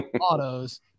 autos